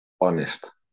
honest